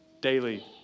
daily